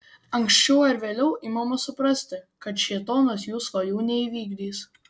anksčiau ar vėliau imama suprasti kad šėtonas jų svajų neįvykdys